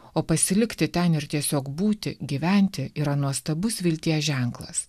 o pasilikti ten ir tiesiog būti gyventi yra nuostabus vilties ženklas